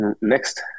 next